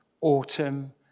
autumn